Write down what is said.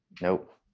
Nope